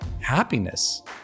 happiness